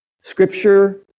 scripture